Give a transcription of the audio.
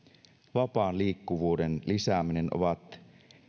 vapaan liikkuvuuden lisääminen ovat